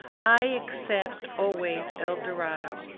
i except, always el dorado.